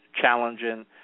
challenging